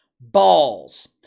balls